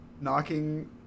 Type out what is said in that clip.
knocking